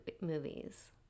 movies